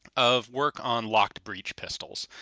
of work on locked-breech pistols.